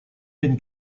been